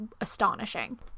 astonishing